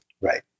Right